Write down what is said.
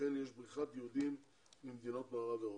כמו כן יש בריחת יהודים ממדינות מערב אירופה.